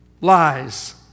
Lies